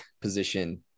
position